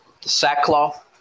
sackcloth